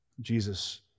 Jesus